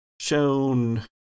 shown